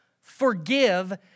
Forgive